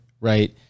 right